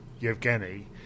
Yevgeny